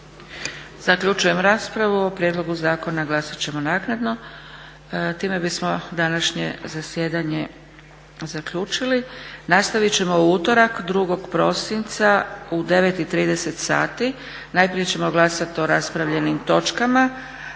Zaključujem raspravu. O prijedlogu zakona glasat ćemo naknadno. Time bismo današnje zasjedanje zaključili. Nastavit ćemo u utorak, 02. prosinca u 9,30 sati. Najprije ćemo glasat o raspravljenim točkama,